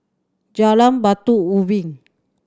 Jalan Batu Ubin